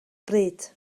bryd